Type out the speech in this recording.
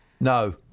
No